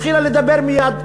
התחילה לדבר מייד.